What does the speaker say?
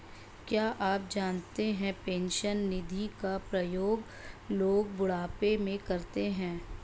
क्या आप जानते है पेंशन निधि का प्रयोग लोग बुढ़ापे में करते है?